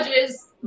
judges